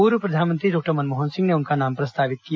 पूर्व प्रधानमंत्री डॉक्टर मनमोहन सिंह ने उनका नाम प्रस्तावित किया